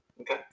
Okay